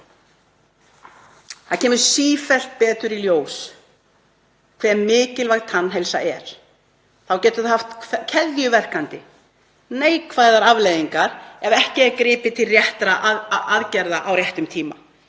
Það kemur sífellt betur í ljós hve mikilvæg tannheilsa er. Þá getur það haft keðjuverkandi neikvæðar afleiðingar ef ekki er gripið til réttra aðgerða á réttum tíma.